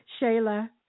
Shayla